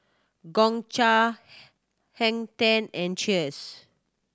Gongcha Hang Ten and Cheers